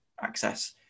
access